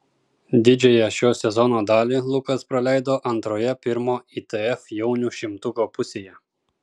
didžiąją šio sezono dalį lukas praleido antroje pirmo itf jaunių šimtuko pusėje